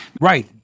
right